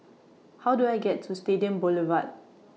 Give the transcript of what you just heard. How Do I get to Stadium Boulevard